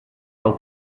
pel